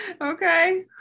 Okay